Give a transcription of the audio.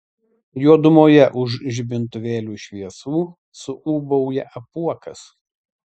juodumoje už žibintuvėlių šviesų suūbauja apuokas